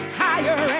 higher